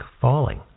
falling